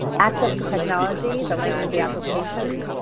access to technology, the length of the application,